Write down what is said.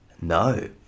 No